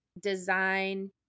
design